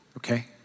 Okay